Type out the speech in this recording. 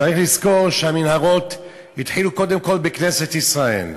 צריך לזכור שהמנהרות התחילו קודם כול בכנסת ישראל.